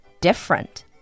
different